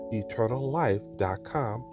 eternallife.com